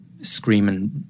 screaming